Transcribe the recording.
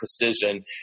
precision